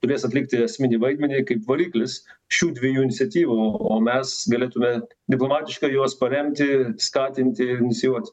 turės atlikti esminį vaidmenį kaip variklis šių dviejų iniciatyvų o mes galėtume diplomatiškai juos paremti skatinti ir inicijuoti